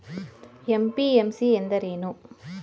MPMC ಎಂದರೇನು?